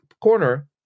corner